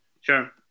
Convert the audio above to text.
Sure